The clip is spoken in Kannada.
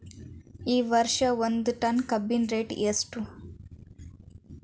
ಈ ವರ್ಷ ಒಂದ್ ಟನ್ ಕಬ್ಬಿನ ರೇಟ್ ಎಷ್ಟು?